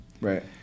right